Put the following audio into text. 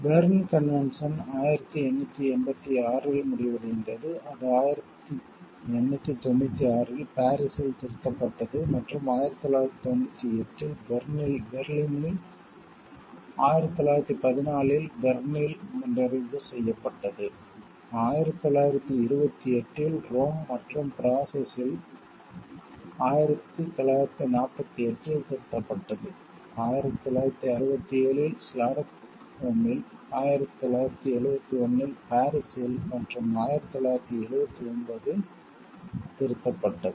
Berne convention 1886 இல் முடிவடைந்தது அது 1896 இல் பாரிஸில் திருத்தப்பட்டது மற்றும் 1998 இல் பெர்லினில் 1914 இல் பெர்னில் நிறைவு செய்யப்பட்டது 1928 இல் ரோம் மற்றும் பிரஸ்ஸல்ஸில் 1948 இல் திருத்தப்பட்டது 1967 இல் ஸ்டாக்ஹோமில் 1971 இல் பாரிஸில் மற்றும் 1979 இல் திருத்தப்பட்டது